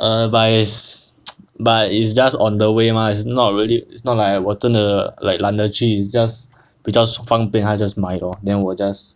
err but it's but it's just on the way mah it's not really is not like I 我真的懒得去 is just 比较方便她 just 买 lor then 我 just